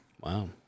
Wow